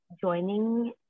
joining